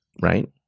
right